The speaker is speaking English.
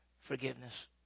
Forgiveness